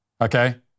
okay